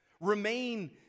Remain